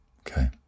Okay